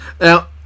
Now